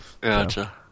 Gotcha